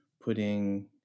putting